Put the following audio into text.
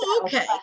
okay